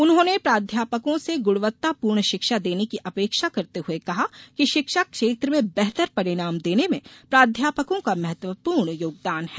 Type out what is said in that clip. उन्होंने प्राध्यापकों से गुणवत्तापूर्ण शिक्षा देने की अपेक्षा करते हुए कहा कि शिक्षा क्षेत्र में बेहतर परिणाम देने में प्राध्यापकों का महत्वपूर्ण योगदान है